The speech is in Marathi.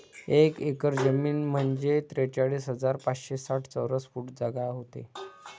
एक एकर जमीन म्हंजे त्रेचाळीस हजार पाचशे साठ चौरस फूट जागा व्हते